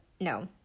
no